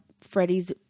Freddie's